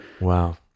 Wow